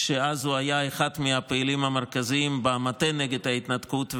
כשאז הוא היה אחד מהפעילים המרכזיים במטה נגד ההתנתקות,